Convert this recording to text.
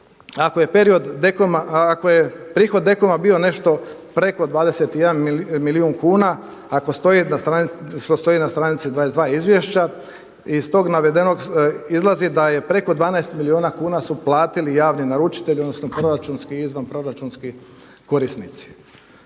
ako je prihod DKOM-a bio nešto preko 21 milijun kuna što stoji na stranici 22. izvješća iz tog navedenog izlazi da je preko 12 milijuna kuna su platili javni naručitelji, odnosno proračunski i izvanproračunski korisnici.